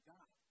God